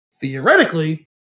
theoretically